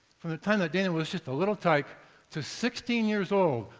from the time dana was just a little tike to sixteen years old,